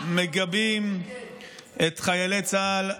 אנחנו מגבים את חיילי צה"ל.